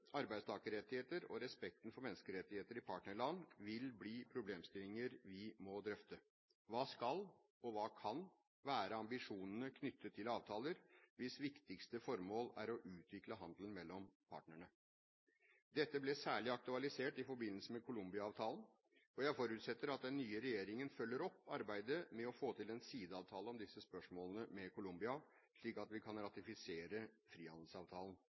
arbeidstakerrettigheter og respekten for menneskerettighetene i partnerland, vil bli problemstillinger vi må drøfte. Hva skal og kan være ambisjonene knyttet til avtaler hvis viktigste formål er å utvikle handelen mellom partnerne? Dette ble særlig aktualisert i forbindelse med Colombia-avtalen. Jeg forutsetter at den nye regjeringen følger opp arbeidet med å få til en sideavtale om disse spørsmålene med Colombia, slik at vi kan ratifisere frihandelsavtalen.